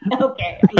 Okay